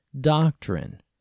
doctrine